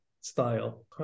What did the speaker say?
style